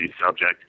subject